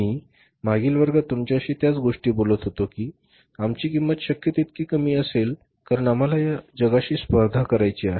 मी मागील वर्गात तुमच्याशी त्याच गोष्टी बोलत होतो की आमची किंमत शक्य तितकी कमी असेल कारण आम्हाला या जगाशी स्पर्धा करायची आहे